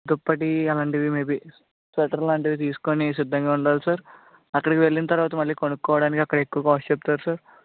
దుప్పటి అలాంటివి maybe sweater లాంటివి తీసుకుని సిద్ధంగా ఉండాలి సార్ అక్కడికి వెళ్ళిన తరువాత మళ్ళీ కొనుక్కోవడానికి అక్కడ ఎక్కువ కాస్ట్ చెప్తారు సార్